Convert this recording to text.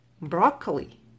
broccoli